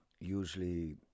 usually